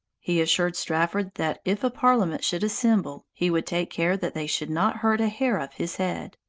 he assured strafford that if a parliament should assemble, he would take care that they should not hurt a hair of his head.